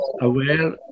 aware